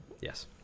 Yes